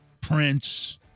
Prince